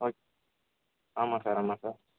okay ஆமாம் sir ஆமாம் sir